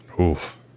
Oof